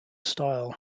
style